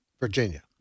Virginia